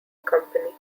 company